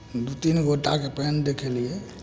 दू तीन गोटाके पेन देखेलियै